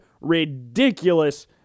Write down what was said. ridiculous